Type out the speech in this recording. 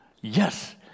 Yes